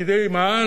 כדי מה?